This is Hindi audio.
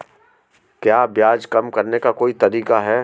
क्या ब्याज कम करने का कोई तरीका है?